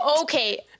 Okay